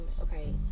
okay